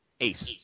ace